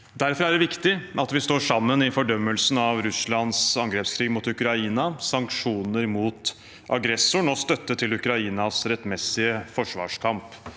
Derfor er det viktig at vi står sammen i fordømmelsen av Russlands angrepskrig mot Ukraina, om sanksjoner mot aggressoren og om støtte til Ukrainas rettmessige forsvarskamp.